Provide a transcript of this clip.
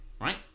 Right